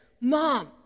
Mom